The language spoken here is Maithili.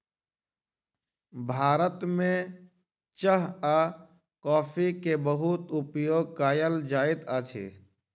भारत में चाह आ कॉफ़ी के बहुत उपयोग कयल जाइत अछि